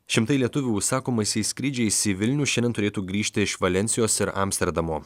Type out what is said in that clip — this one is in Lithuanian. šimtai lietuvių užsakomaisiais skrydžiais į vilnių šiandien turėtų grįžti iš valensijos ir amsterdamo